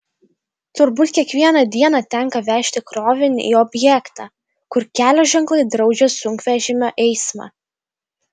turbūt kiekvieną dieną tenka vežti krovinį į objektą kur kelio ženklai draudžia sunkvežimio eismą